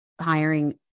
hiring